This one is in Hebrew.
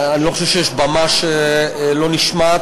אני לא חושב שיש במה, שלא נשמע.